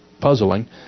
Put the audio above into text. puzzling